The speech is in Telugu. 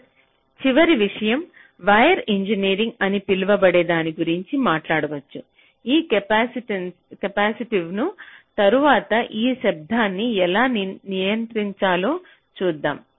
ఒక చివరి విషయం వైర్ ఇంజనీరింగ్ అని పిలువబడే దాని గురించి మాట్లాడవచ్చు ఈ కెపాసిటివ్ను తరువాత ఈ శబ్దాన్ని ఎలా నియంత్రించాలో చూద్దాం